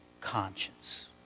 conscience